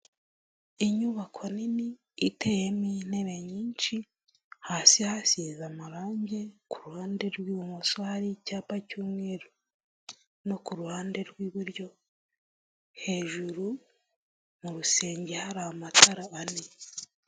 Inyubako nini iteyemo intebe nyinshi hasi hasize amarangi kuruhande rw'ibumoso hari icyapa cy'umweru no kuruhande rw'iburyo hejuru mu rusenge hari amatara ane.